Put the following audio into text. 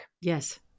Yes